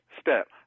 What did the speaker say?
step